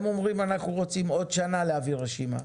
הם אומרים שאנחנו רוצים עוד שנה להעביר רשימה.